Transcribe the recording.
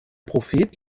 prophet